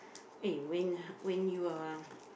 eh when when you are